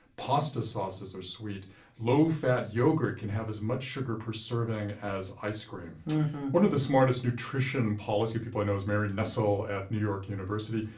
pasta sauces are sweet and low-fat yogurt can have as much sugar per serving as ice cream one of the smartest nutrition policy people i know is marion nestle at new york university.